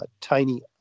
tiny